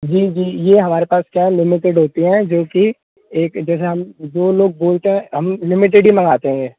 जी जी ये हमारे पास क्या है लिमिटेड होती हैं क्योंकि एक जैसे हम दो लोग बोलते हैं हम लिमिटेड ही मँगाते हैं